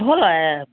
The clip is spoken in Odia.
ଭଲେ